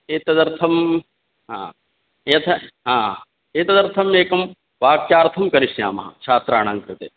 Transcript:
एतदर्थं हा यथा एतदर्थमेकं वाक्यार्थं करिष्यामः छात्राणाङ्कृते